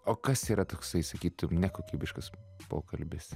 o kas yra toksai sakytum nekokybiškas pokalbis